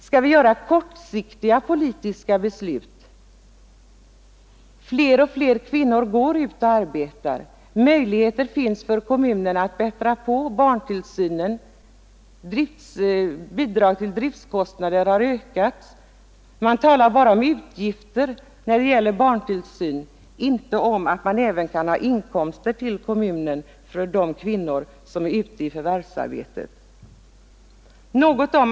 Skall vi fatta kortsiktiga politiska beslut? Fler och fler kvinnor arbetar utanför hemmet. Möjligheter finns för kommunerna att 113 förbättra barntillsynen. Bidraget till driftkostnaderna har ökat. Man talar bara om kommunens utgifter när det gäller barntillsyn, inte om att kommunen även kan få inkomster från de kvinnor som är ute i förvärvslivet.